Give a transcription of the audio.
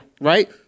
Right